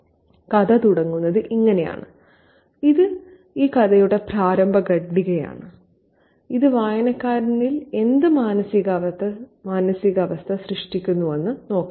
കഥ തുടങ്ങുന്നത് ഇങ്ങനെയാണ് ഇത് കഥയുടെ പ്രാരംഭ ഖണ്ഡികയാണ് ഇത് വായനക്കാരിൽ എന്ത് മാനസികാവസ്ഥ സൃഷ്ടിക്കുന്നുവെന്ന് നോക്കാം